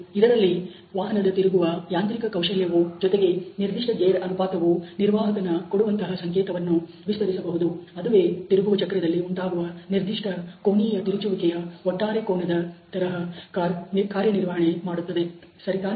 ಇದರಲ್ಲಿ ವಾಹನದ ತಿರುಗುವ ಯಾಂತ್ರಿಕ ಕೌಶಲ್ಯವು ಜೊತೆಗೆ ನಿರ್ದಿಷ್ಟ ಗೇರ್ ಅನುಪಾತವು ನಿರ್ವಾಹಕನ ಕೊಡುವಂತಹ ಸಂಕೇತವನ್ನು ವಿಸ್ತರಿಸಬಹುದು ಅದುವೇ ತಿರುಗುವ ಚಕ್ರದಲ್ಲಿ ಉಂಟಾಗುವ ನಿರ್ದಿಷ್ಟ ಕೊನಿಯ ತಿರುಚುವಿಕೆಯ ಒಟ್ಟಾರೆ ಕೋನದ ತರಹ ಕಾರ್ ಕಾರ್ಯನಿರ್ವಹಣೆ ಮಾಡುತ್ತದೆ ಸರಿತಾನೆ